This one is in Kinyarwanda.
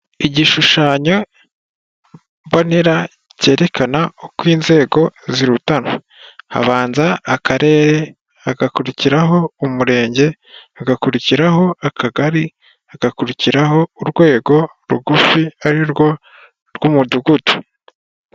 Igishushanyo mbonera cyerekana uko inzego zirutanwa, habanza akarere, hagakurikiraho umurenge, hagakurikiraho akagari, hagakurikiraho urwego rugufi ari rwo; umudugudu.